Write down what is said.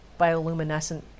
bioluminescent